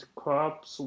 crops